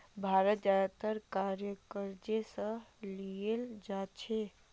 भारत ज्यादातर कार क़र्ज़ स लीयाल जा छेक